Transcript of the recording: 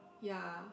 ya